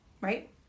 right